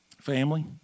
Family